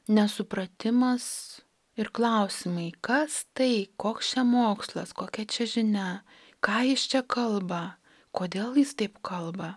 nesupratimas ir klausimai kas tai koks čia mokslas kokia čia žinia ką jis čia kalba kodėl jis taip kalba